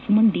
Suman D